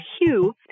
Hugh